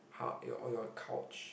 eh all your couch